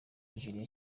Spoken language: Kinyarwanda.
nigeria